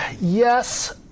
Yes